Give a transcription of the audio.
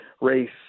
race